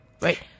right